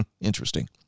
interesting